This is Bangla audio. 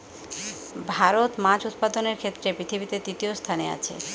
ভারত মাছ উৎপাদনের ক্ষেত্রে পৃথিবীতে তৃতীয় স্থানে আছে